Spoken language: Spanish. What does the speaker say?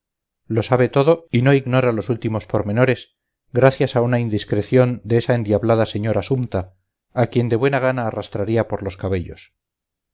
lo sabe todo y no ignora los últimos pormenores gracias a una indiscreción de esa endiablada señora sumta a quien de buena gana arrastraría por los cabellos